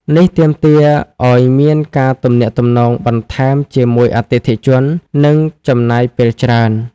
នេះទាមទារឱ្យមានការទំនាក់ទំនងបន្ថែមជាមួយអតិថិជន និងចំណាយពេលច្រើន។